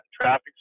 traffic